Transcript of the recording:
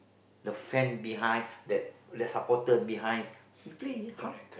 the fan behind that their supporter behind you play you how